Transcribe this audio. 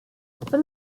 for